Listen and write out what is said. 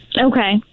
Okay